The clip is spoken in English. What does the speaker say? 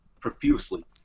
Profusely